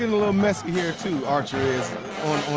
a little messy here, too, archer is on